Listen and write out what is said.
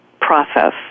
process